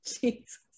Jesus